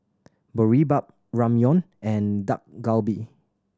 Boribap Ramyeon and Dak Galbi